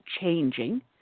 changing